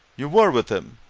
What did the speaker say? you were with him?